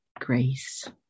grace